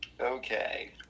okay